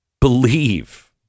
believe